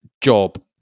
job